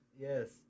Yes